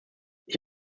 ich